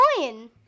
coin